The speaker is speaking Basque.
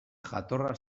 jatorra